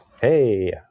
hey